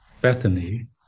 Bethany